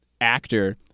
actor